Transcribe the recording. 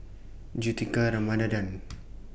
Juthika Ramanathan